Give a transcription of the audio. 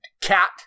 cat